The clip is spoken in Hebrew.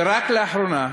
ורק לאחרונה,